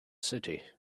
city